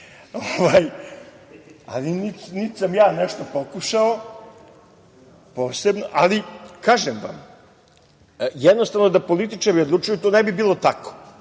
ali niti sam ja nešto pokušao posebno, ali kažem vam, jednostavno da političari odlučuju to ne bi bilo tako.